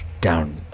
down